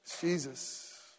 Jesus